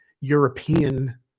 European